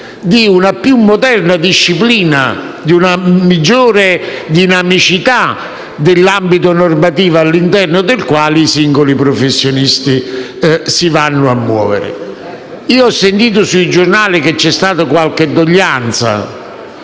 di una più moderna disciplina e di una maggiore dinamicità dell'ambito normativo, all'interno del quale i singoli professionisti si vanno a muovere. Ho letto sui giornali che c'è stata qualche doglianza,